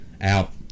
out